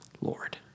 Lord